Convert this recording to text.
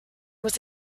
was